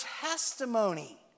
testimony